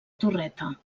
torreta